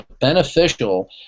beneficial